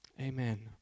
Amen